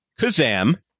kazam